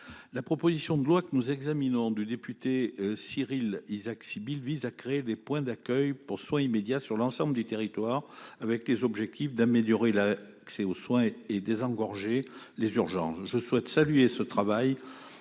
La proposition de loi du député Cyrille Isaac-Sibille vise à créer des points d'accueil pour soins immédiats sur l'ensemble du territoire, avec pour objectifs d'améliorer l'accès aux soins et de désengorger les urgences. Je souhaite saluer son travail